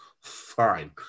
fine